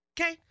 Okay